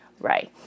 Right